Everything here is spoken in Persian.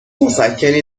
مسکنی